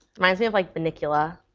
reminds me of like bunnicula.